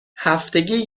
هفتگی